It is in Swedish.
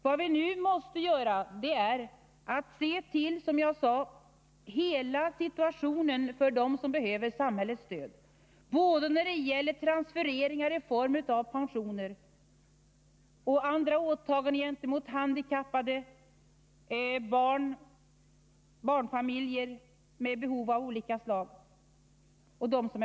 Vad vi nu måste göra är, som jag sade, att se till hela situationen för dem som behöver samhällets stöd, både vad avser transfereringar i form av pensioner och vad avser andra åtaganden gentemot barnfamiljer med skiftande behov, handikappade och sjuka.